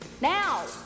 Now